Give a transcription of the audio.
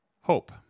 Hope